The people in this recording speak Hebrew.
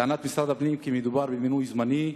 בטענה שמדובר במינוי זמני.